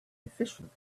efficient